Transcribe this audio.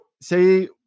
say